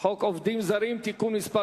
עובדים זרים (תיקון מס'